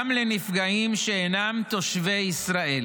גם לנפגעים שאינם תושבי ישראל